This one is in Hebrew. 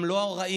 הם לא הרעים,